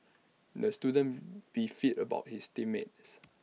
the student beefed about his team mates